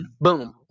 boom